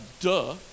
duh